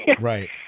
Right